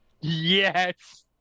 Yes